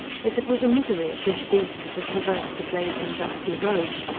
if it was a misery at this season to traverse the blazing, dusty roads,